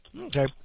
Okay